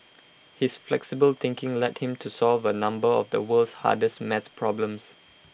his flexible thinking led him to solve A number of the world's hardest maths problems